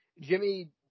Jimmy